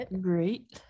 great